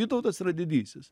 vytautas yra didysis